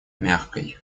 мягкой